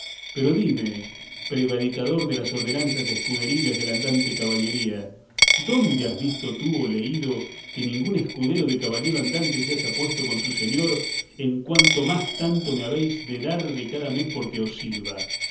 pero dime prevaricador de las ordenanzas escuderiles de la andante caballería dónde has visto tú o leído que ningún escudero de caballero andante se haya puesto con su señor en tanto más cuánto me habéis de dar cada mes porque os sirva